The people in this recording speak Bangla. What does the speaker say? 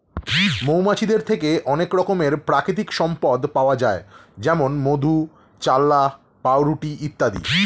মৌমাছিদের থেকে অনেক রকমের প্রাকৃতিক সম্পদ পাওয়া যায় যেমন মধু, চাল্লাহ্ পাউরুটি ইত্যাদি